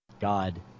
God